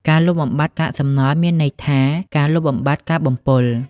ការលុបបំបាត់កាកសំណល់មានន័យថាការលុបបំបាត់ការបំពុល។